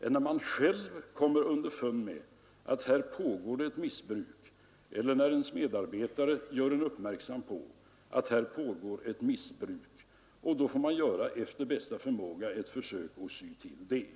än i samband med att man själv kommer underfund med att det pågår ett missbruk eller i samband med att ens medarbetare gör en uppmärksam på ett sådant. Då får man efter bästa förmåga försöka sy ihop nätet.